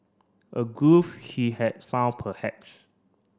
a groove he had found perhaps